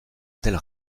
tels